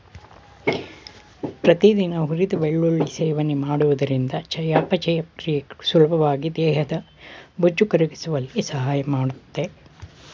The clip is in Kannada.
ಪ್ರತಿದಿನ ಹುರಿದ ಬೆಳ್ಳುಳ್ಳಿ ಸೇವನೆ ಮಾಡುವುದರಿಂದ ಚಯಾಪಚಯ ಕ್ರಿಯೆ ಸುಲಭವಾಗಿ ದೇಹದ ಬೊಜ್ಜು ಕರಗಿಸುವಲ್ಲಿ ಸಹಾಯ ಮಾಡ್ತದೆ